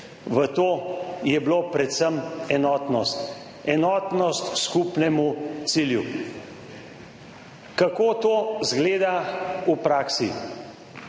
v to, je bilo predvsem enotnost, enotnost k skupnemu cilju. Kako to izgleda v praksi?